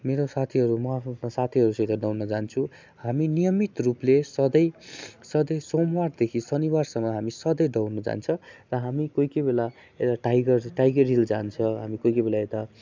मेरो साथीहरू म आफ्आफ्नो साथीहरूसित दौड्नु जान्छु हामी नियमित रूपले सधैँ सधैँ सोमबारदेखि शनिबारसम्म हामी सधैँ दौड्नु जान्छ र हामी कोही कोही बेला यता टाइगर टाइगर हिल जान्छ हामी कोही कोही बेला यता